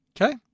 Okay